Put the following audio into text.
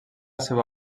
seva